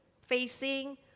facing